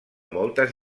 moltes